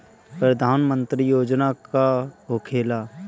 प्रधानमंत्री योजना का होखेला?